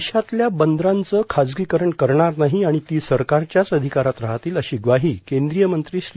देशातल्या बंदरांचं खाजगीकरण करणार नाही आणि ती सरकारच्याच अधिकारात राहतील अशी ग्वाही केंद्रीय मंत्री श्री